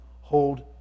hold